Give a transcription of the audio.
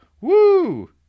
Woo